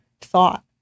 thought